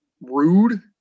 rude